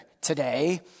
today